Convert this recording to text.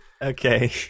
Okay